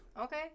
Okay